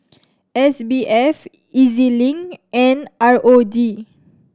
S B F E Z Link and R O D